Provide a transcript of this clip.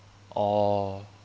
oh